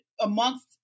amongst